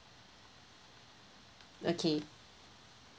okay